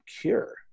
cure